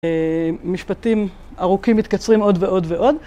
משפטים ארוכים מתקצרים עוד ועוד ועוד.